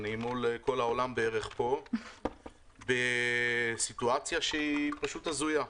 אני פה בערך מול כל העולם בסיטואציה שהיא פשוט הזויה.